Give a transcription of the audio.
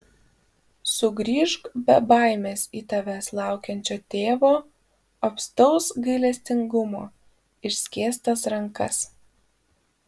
sugrįžk be baimės į tavęs laukiančio tėvo apstaus gailestingumo išskėstas rankas